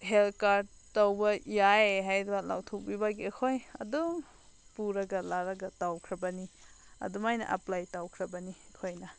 health card ꯇꯧꯕ ꯌꯥꯏ ꯍꯥꯏꯗꯅ ꯂꯥꯎꯊꯣꯛꯄꯤꯕꯒꯤ ꯑꯩꯈꯣꯏ ꯑꯗꯨꯝ ꯄꯨꯔꯒ ꯂꯥꯛꯂꯒ ꯇꯧꯈ꯭ꯔꯕꯅꯤ ꯑꯗꯨꯃꯥꯏꯅ ꯑꯦꯄ꯭ꯂꯥꯏ ꯇꯧꯈ꯭ꯔꯕꯅꯤ ꯑꯩꯈꯣꯏꯅ